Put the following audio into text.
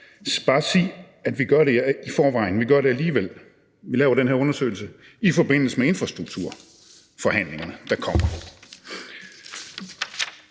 forvejen, vi gør det alligevel; vi laver den her undersøgelse i forbindelse med infrastrukturforhandlingerne, der kommer.